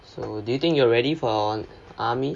so do you think you are ready for army